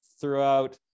throughout